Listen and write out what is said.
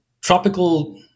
tropical